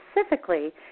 specifically